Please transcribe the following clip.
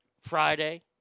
Friday